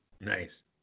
Nice